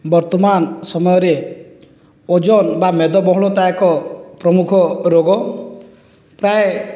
ବର୍ତ୍ତମାନ ସମୟରେ ଓଜନ ବା ମେଦବହୁଳତା ଏକ ପ୍ରମୁଖ ରୋଗ ପ୍ରାୟ